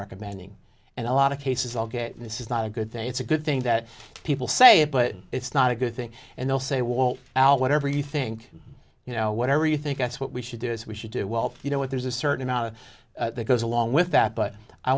recommending and a lot of cases i'll get in this is not a good thing it's a good thing that people say it but it's not a good thing and they'll say well whatever you think you know whatever you think that's what we should do is we should do well you know what there's a certain amount of that goes along with that but i